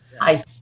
Hi